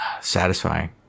Satisfying